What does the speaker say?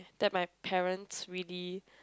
that my parents really